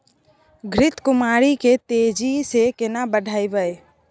घृत कुमारी के तेजी से केना बढईये?